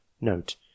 Note